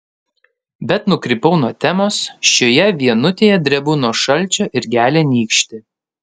bet nukrypau nuo temos šioje vienutėje drebu nuo šalčio ir gelia nykštį